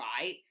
right